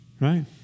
right